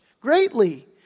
greatly